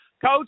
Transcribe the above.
Coach